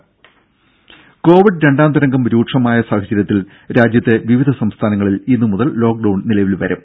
രമേ കൊവിഡ് രണ്ടാം തരംഗം രൂക്ഷമായ സാഹചര്യത്തിൽ രാജ്യത്തെ വിവിധ സംസ്ഥാനങ്ങളിൽ ഇന്ന് മുതൽ ലോകഡൌൺ നിലവിൽ വരും